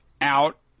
out